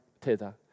tether